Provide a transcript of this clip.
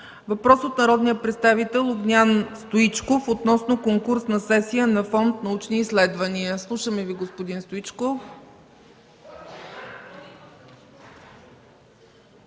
Въпрос от народния представител Огнян Стоичков относно конкурсна сесия на Фонд „Научни изследвания”. Слушаме Ви, господин Стоичков.